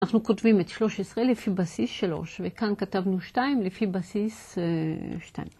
אנחנו כותבים את 13 לפי בסיס 3, וכאן כתבנו 2 לפי בסיס 2.